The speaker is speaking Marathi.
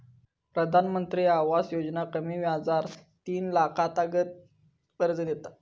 प्रधानमंत्री आवास योजना कमी व्याजार तीन लाखातागत कर्ज देता